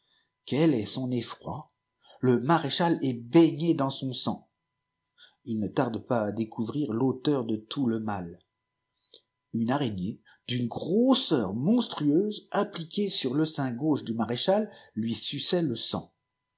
quel est son effroi le maréchal est baigné dans son sang il ne tarde pas à découvrir l'auteur e tout le mal une araignée d'une grosseur monstrueuse appliquée sur le sein gauche du maréchal lui suçait le san